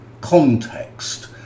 context